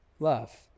love